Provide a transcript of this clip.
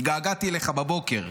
התגעגעתי אליך בבוקר.